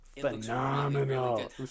phenomenal